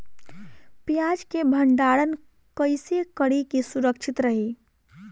प्याज के भंडारण कइसे करी की सुरक्षित रही?